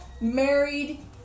married